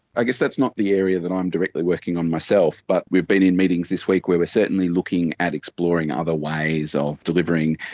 i guess that's not the area that i'm directly working on myself, but we've been in meetings this week where we are certainly looking at exploring other ways of delivering,